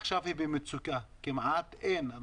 עכשיו היא במצוקה כי כמעט ואין תיירות.